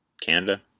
Canada